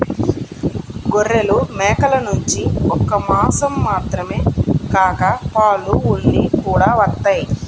గొర్రెలు, మేకల నుంచి ఒక్క మాసం మాత్రమే కాక పాలు, ఉన్ని కూడా వత్తయ్